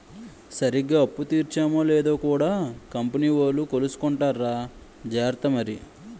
సరిగ్గా అప్పు తీర్చేమో లేదో కూడా కంపెనీ వోలు కొలుసుకుంటార్రా జార్త మరి